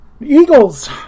Eagles